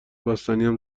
بستنیم